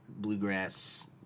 bluegrass